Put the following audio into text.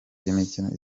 imikino